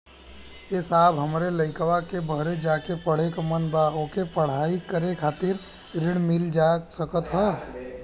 ए साहब हमरे लईकवा के बहरे जाके पढ़े क मन बा ओके पढ़ाई करे खातिर ऋण मिल जा सकत ह?